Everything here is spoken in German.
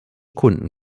kunden